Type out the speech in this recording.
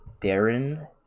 darren